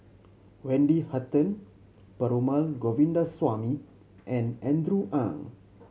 Wendy Hutton Perumal Govindaswamy and Andrew Ang